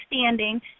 standing